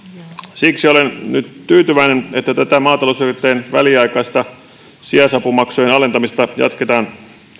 siksi olen nyt tyytyväinen että tätä maatalousyrittäjien väliaikaista sijaisapumaksujen alentamista jatketaan